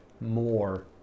more